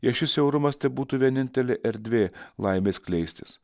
jei šis siaurumas tai būtų vienintelė erdvė laimei skleistis